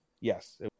yes